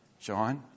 John